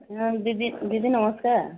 ହଁ ଦିଦି ଦିଦି ନମସ୍କାର